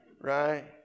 Right